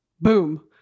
Boom